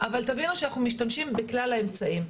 אבל תבינו שאנחנו משתמשים בכלל האמצעים.